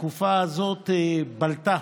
בתקופה הזאת בלטה